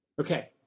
Okay